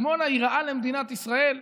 היא רעה למדינת ישראל.